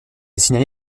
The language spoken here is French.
signalé